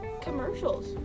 commercials